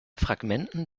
fragmenten